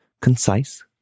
Concise